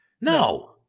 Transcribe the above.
No